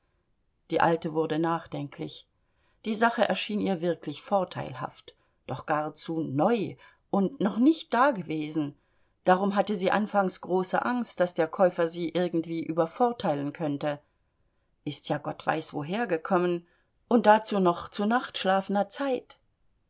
die alte wurde nachdenklich die sache erschien ihr wirklich vorteilhaft doch gar zu neu und noch nicht dagewesen darum hatte sie anfangs große angst daß der käufer sie irgendwie übervorteilen könnte ist ja gott weiß woher gekommen und dazu noch zur nachtschlafenen zeit